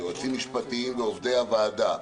יועצים משפטיים ועובדי הוועדה,